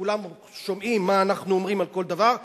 כולם שומעים מה אנחנו אומרים על כל דבר.